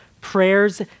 prayers